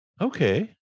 Okay